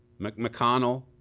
McConnell